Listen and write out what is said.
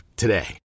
today